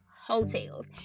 Hotels